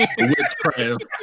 witchcraft